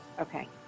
Okay